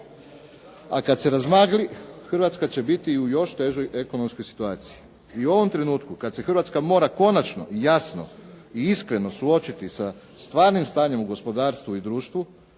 A kad se razmagli Hrvatska će biti u još težoj ekonomskoj situaciji. I u ovom trenutku kad se Hrvatska mora konačno jasno i iskreno suočiti sa stvarnim stanjem u gospodarstvu i društvu